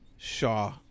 Shaw